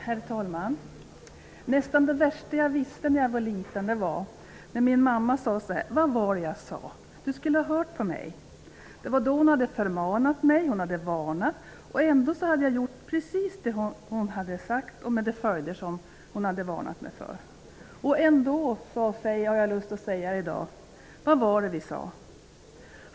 Herr talman! Nästan det värsta jag visste när jag var liten var när min mamma sade: ''Vad var det jag sa! Du skulle ha hört på mig.'' Hon hade förmanat mig och ändå hade jag gjort precis det som hon hade sagt att jag inte skulle göra med de följder som hon hade varnat mig för. Ändå har jag lust att säga i dag: ''Vad var det vi sa!''